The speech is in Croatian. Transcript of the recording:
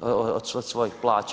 od svojoj plaća.